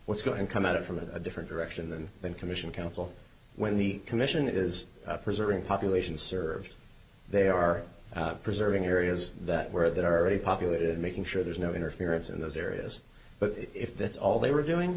what's going come out from a different direction than the commission counsel when the commission is preserving population served they are preserving areas that were that are already populated making sure there's no interference in those areas but if that's all they were doing